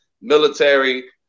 military